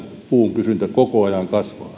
puun kysyntä kasvaa meillä koko ajan